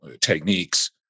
techniques